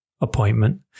appointment